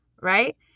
right